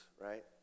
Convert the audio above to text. right